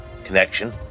connection